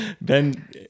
Ben